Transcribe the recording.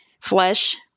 flesh